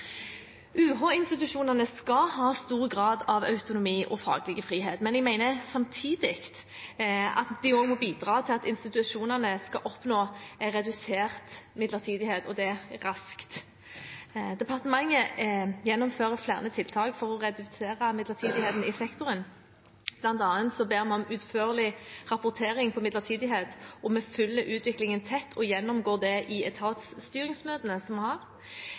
skal ha stor grad av autonomi og faglig frihet, men jeg mener samtidig at de må bidra til at institusjonene skal oppnå redusert midlertidighet, og det raskt. Departementet gjennomfører flere tiltak for å redusere midlertidigheten i sektoren. Blant annet ber vi om utførlig rapportering om midlertidighet, og vi følger utviklingen tett og gjennomgår det i etatsstyringsmøtene vi har. Institusjoner som har svak utvikling, har